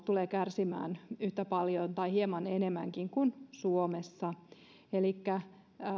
tulee kärsimään yhtä paljon tai hieman enemmänkin kuin suomessa elikkä